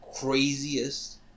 craziest